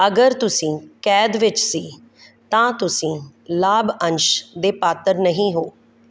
ਅਗਰ ਤੁਸੀਂ ਕੈਦ ਵਿੱਚ ਸੀ ਤਾਂ ਤੁਸੀਂ ਲਾਭ ਅੰਸ਼ ਦੇ ਪਾਤਰ ਨਹੀਂ ਹੋ